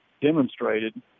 demonstrated